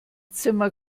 zimmer